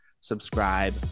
subscribe